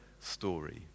story